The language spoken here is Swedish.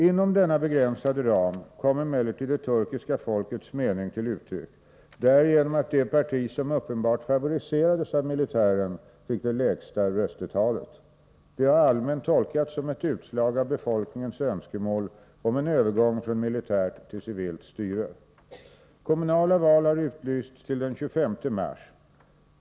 Inom denna begränsade ram kom emellertid det turkiska folkets mening till uttryck därigenom att det parti som uppenbart favoriserades av militären fick det lägsta röstetalet. Detta har allmänt tolkats som ett utslag av befolkningens önskemål om en övergång från militärt till civilt styre. Kommunala val har utlysts till den 25 mars.